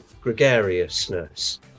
gregariousness